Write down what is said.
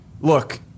Look